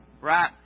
right